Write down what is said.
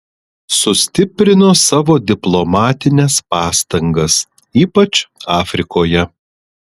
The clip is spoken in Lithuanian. sustiprino savo diplomatines pastangas ypač afrikoje